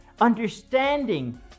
understanding